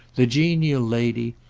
the genial lady,